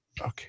Okay